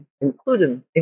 including